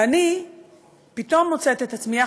ואני פתאום מוצאת את עצמי,